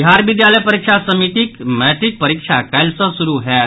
बिहार विद्यालय परीक्षा समितिक मैट्रिक परीक्षा काल्हि सँ शुरू होयत